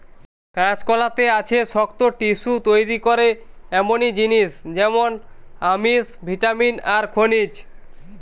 কাঁচকলাতে আছে শক্ত টিস্যু তইরি করে এমনি জিনিস যেমন আমিষ, ভিটামিন আর খনিজ